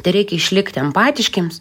tereikia išlikti empatiškiems